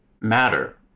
matter